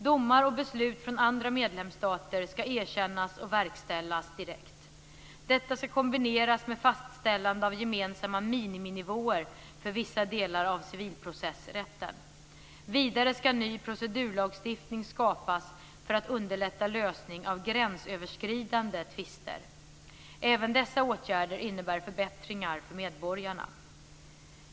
Domar och beslut från andra medlemsstater ska erkännas och verkställas direkt. Detta ska kombineras med fastställande av gemensamma miniminivåer för vissa delar av civilprocessrätten. Vidare ska ny procedurlagstiftning skapas för att underlätta lösning av gränsöverskridande tvister. Även dessa åtgärder innebär förbättringar för medborgarna.